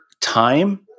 time